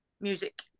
Music